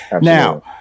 Now